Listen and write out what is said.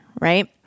right